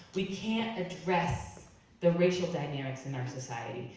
we can't address the racial dynamics in our society.